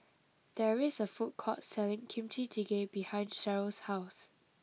there is a food court selling Kimchi Jjigae behind Sheryll's house